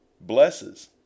blesses